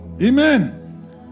Amen